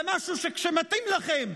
למשהו שכשלא מתאים לכם,